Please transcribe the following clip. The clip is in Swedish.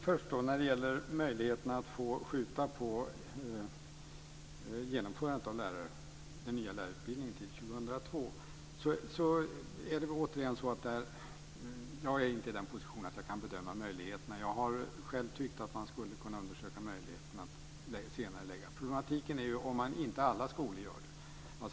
Fru talman! När det gäller möjligheterna att få skjuta på genomförandet av den nya lärarutbildningen till 2002 är jag inte i den positionen att jag kan bedöma möjligheterna. Jag har själv tyckt att man skulle kunna undersöka möjligheterna att senarelägga genomförandet. Problemet är ju om inte alla skolor gör det.